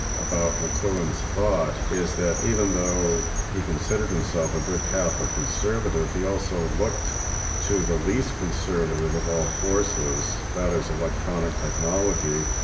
about mcluhan's thought is that even though he considered himself a good catholic conservative, he also looked to the least conservative of all forces, that is, electronic technology,